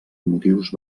motius